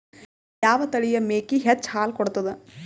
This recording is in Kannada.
ಯಾವ ತಳಿಯ ಮೇಕಿ ಹೆಚ್ಚ ಹಾಲು ಕೊಡತದ?